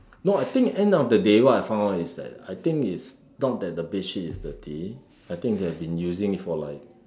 no I think end of the day what I found out is that I think is not that the bedsheets is dirty I think they have been using it for like